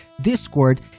Discord